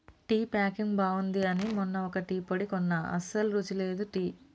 tea packing బాగుంది అని మొన్న ఒక టీ పొడి కొన్న అస్సలు రుచి లేదు టీ